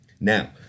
Now